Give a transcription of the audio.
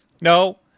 No